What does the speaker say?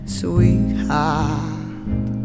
sweetheart